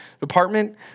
department